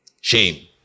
Shame